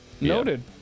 Noted